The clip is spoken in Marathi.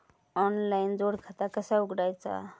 ऑनलाइन जोड खाता कसा उघडायचा?